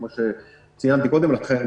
כמו שציינתי קודם לכן.